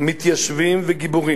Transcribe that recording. מתיישבים וגיבורים,